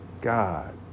God